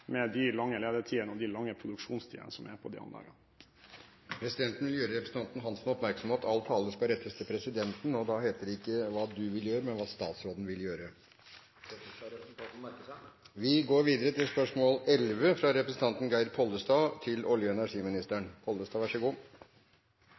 med de lange ledetidene og de lange produksjonstidene som er på de anleggene. Presidenten vil gjøre representanten Rasmus Hansson oppmerksom på at all tale skal rettes til presidenten. Da heter det ikke hva «du» vil gjøre, men hva «statsråden» vil gjøre. Dette skal representanten merke seg. Mitt spørsmål går til olje- og energiministeren: